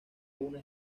una